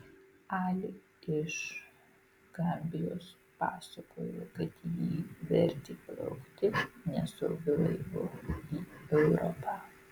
ali iš gambijos pasakojo kad jį vertė plaukti nesaugiu laivu į europą